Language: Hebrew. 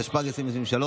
התשפ"ג 2023,